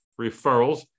referrals